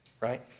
Right